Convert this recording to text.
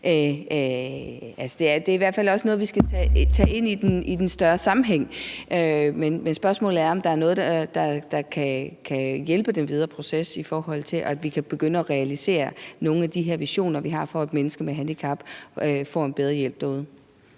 i, at det er noget, vi skal tage ind i en større sammenhæng, men spørgsmålet er, om der er noget, der kan hjælpe i den videre proces, i forhold til at vi kan begynde at realisere nogle af de her visioner, vi har, for, at mennesker med handicap får en bedre hjælp derude.